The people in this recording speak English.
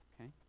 Okay